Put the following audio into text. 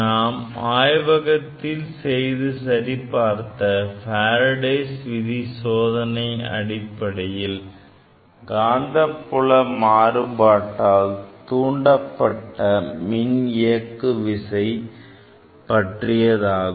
நாம் ஆய்வகத்தில் செய்து சரிபார்த்த Faradays விதி சோதனை அடிப்படையில் காந்தபுல மாறுபாட்டால் தூண்டப்பட்ட மின்னியக்கு விசை பற்றியதாகும்